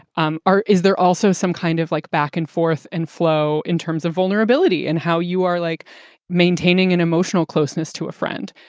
um are is there also some kind of like back and forth and flow in terms of vulnerability and how you are like maintaining an emotional closeness to a friend?